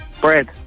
Bread